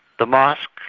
the mosque,